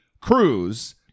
Cruz